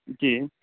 جی